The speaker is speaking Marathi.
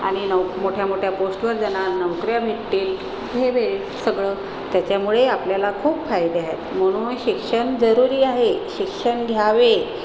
आणि नव मोठ्यामोठ्या पोस्टवर जाणार नोकऱ्या भेटतील सगळं त्याच्यामुळे आपल्याला खूप फायदे आहेत म्हणून शिक्षण जरूरी आहे शिक्षण घ्यावे